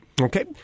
Okay